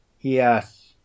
Yes